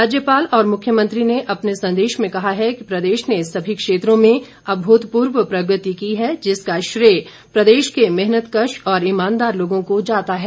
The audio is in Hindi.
राज्यपाल और मुख्यमंत्री ने अपने संदेश में कहा है कि प्रदेश ने सभी क्षेत्रों में अभूतपूर्व प्रगति की है जिसका श्रेय प्रदेश के मेहनकश और ईमानदार लोगों को जाता है